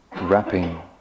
wrapping